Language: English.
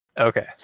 Okay